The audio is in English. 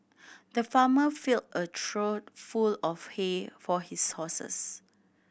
the farmer filled a trough full of hay for his horses